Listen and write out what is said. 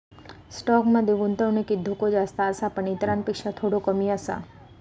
stock मध्ये गुंतवणुकीत धोको जास्त आसा पण इतरांपेक्षा थोडो कमी आसा